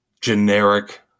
generic